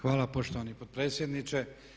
Hvala poštovani potpredsjedniče.